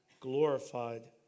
Glorified